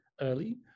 early